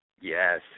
Yes